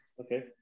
Okay